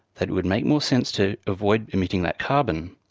that it would make more sense to avoid emitting that carbon.